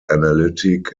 analytic